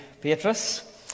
Beatrice